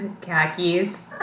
Khakis